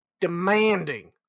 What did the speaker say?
Demanding